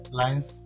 lines